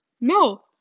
No